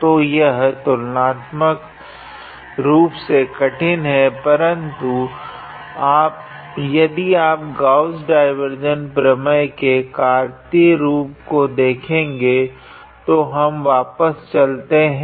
तो यह तुलनात्मकरूप से कठिन है परन्तु यदि आप गॉस डाइवार्जेंस प्रमेय के कार्तिक रूप को देखेगे तो हम वापस चलते है